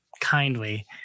kindly